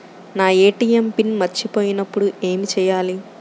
నా ATM pin మర్చిపోయినప్పుడు ఏమి చేయాలి?